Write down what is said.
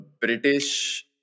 British